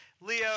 Leo